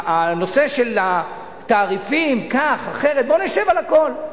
הנושא של התעריפים, כך, אחרת, בוא נשב על הכול.